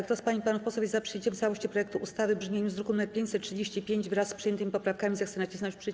Kto z pań i panów posłów jest za przyjęciem w całości projektu ustawy w brzmieniu z druku nr 535, wraz z przyjętymi poprawkami, zechce nacisnąć przycisk.